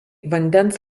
vandens